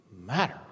matter